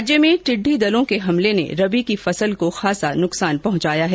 राज्य में टिड्डी दलों के हमले ने रबी की फसल को खासा नुकसान पहुंचाया है